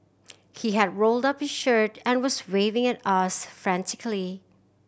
he had rolled up his shirt and was waving at us frantically